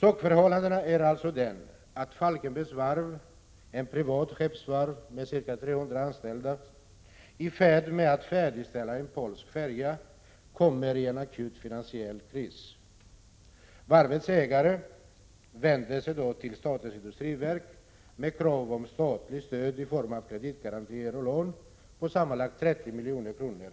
Sakförhållandet är alltså det att Falkenbergs Varv, ett privat skeppsvarv med ca 300 anställda, i färd med att färdigställa en polsk färja, kommer i en akut finansiell kris. Varvets ägare vänder sig då till statens industriverk med krav på statligt stöd i form av kreditgarantier och lån på sammanlagt 30 milj.kr.